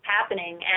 happening